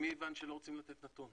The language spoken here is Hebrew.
ממי הבנת שלא רוצים לתת נתון?